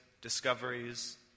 discoveries